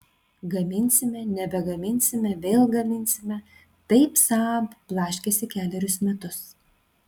gaminsime nebegaminsime vėl gaminsime taip saab blaškėsi kelerius metus